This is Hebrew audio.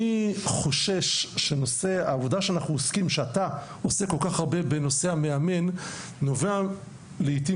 אני חושש שהעובדה שאתה עוסק כל כך הרבה בנושא המאמן נובעת לעתים